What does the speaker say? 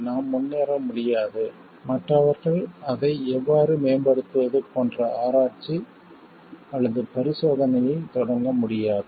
நாம் முன்னேற முடியாது மற்றவர்கள் அதை எவ்வாறு மேம்படுத்துவது போன்ற ஆராய்ச்சி அல்லது பரிசோதனையைத் தொடங்க முடியாது